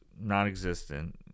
non-existent